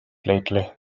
lately